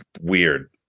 weird